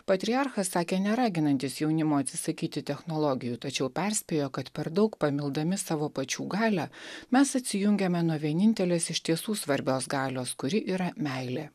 patriarchas sakė neraginantis jaunimo atsisakyti technologijų tačiau perspėjo kad per daug pamildami savo pačių galią mes atsijungiame nuo vienintelės iš tiesų svarbios galios kuri yra meilė